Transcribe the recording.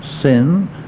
sin